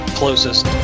closest